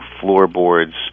floorboards